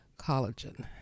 collagen